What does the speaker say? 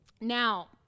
Now